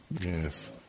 Yes